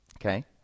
Okay